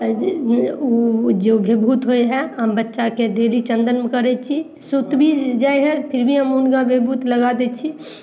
उ जे बिभूत होइ हइ हम बच्चाके डेली चन्दन करय छी सूत भी जाइ हइ फिर भी हम हुनका बिभूत लगा दै छी